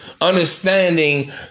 Understanding